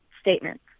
statement